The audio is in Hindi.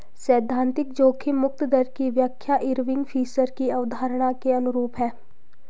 सैद्धांतिक जोखिम मुक्त दर की व्याख्या इरविंग फिशर की अवधारणा के अनुरूप है